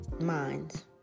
minds